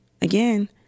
again